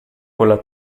quella